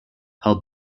held